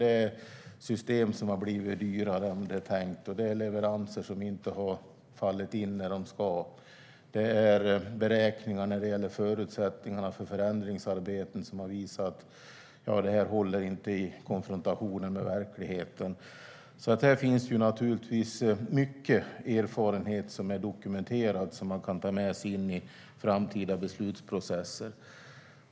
Det är system som har blivit dyrare än det är tänkt, och det är leveranser som inte har fallit in när de ska. Det är beräkningar när det gäller förutsättningarna för förändringsarbeten som har visat att de inte håller i konfrontationen med verkligheten. Här finns naturligtvis mycket erfarenhet som är dokumenterad och som man kan ta med sig in i framtida beslutsprocesser.